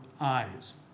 eyes